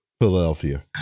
Philadelphia